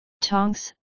Tonks